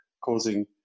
causing